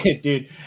dude